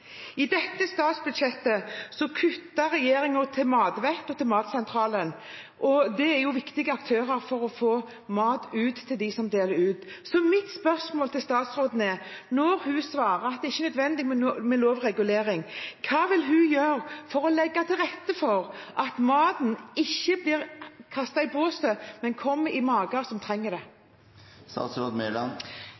I dette statsbudsjettet kutter regjeringen til Matvett og Matsentralen, og det er viktige aktører for å få ut mat til dem som deler ut. Mitt spørsmål til statsråden er: Når hun svarer at det ikke er nødvendig med lovregulering, hva vil hun gjøre for å legge til rette for at maten ikke blir kastet i bosset, men kommer i mager som trenger